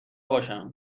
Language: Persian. باشم